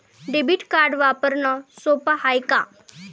Debit card वापरणं सोप हाय का?